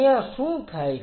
ત્યાં શું થાય છે